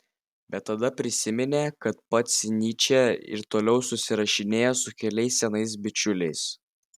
bet tada prisiminė kad pats nyčė ir toliau susirašinėjo su keliais senais bičiuliais